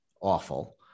awful